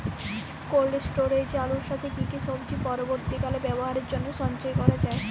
Cold স্টোরেজে আলুর সাথে কি কি সবজি পরবর্তীকালে ব্যবহারের জন্য সঞ্চয় করা যায়?